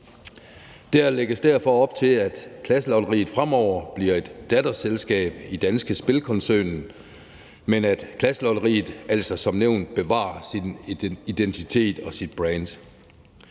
Der lægges derfor op til, at Klasselotteriet fremover bliver et datterselskab i Danske Spil-koncernen, men at Klasselotteriet altså som nævnt bevarer sin identitet og sit brand.